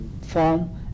form